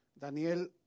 Daniel